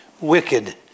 wicked